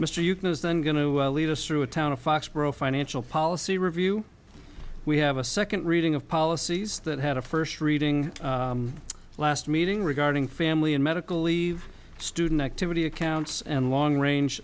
is then going to lead us through a town of foxborough financial policy review we have a second reading of policies that had a first reading last meeting regarding family and medical leave student activity accounts and long range